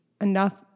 enough